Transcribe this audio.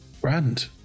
Brand